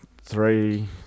three